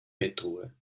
bettruhe